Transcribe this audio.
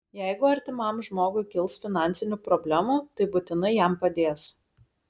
jeigu artimam žmogui kils finansinių problemų tai būtinai jam padės